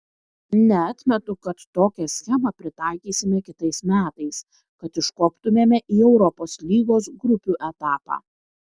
neatmetu kad tokią schemą pritaikysime kitais metais kad iškoptumėme į europos lygos grupių etapą